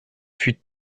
fut